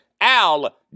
Al